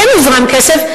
כן הוזרם כסף,